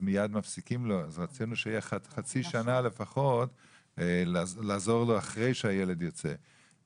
מיד מפסיקים להם ורצינו שלפחות חצי שנה אחרי שהילד יוצא יעזרו להם.